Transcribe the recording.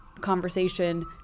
conversation